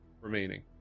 remaining